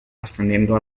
ascendiendo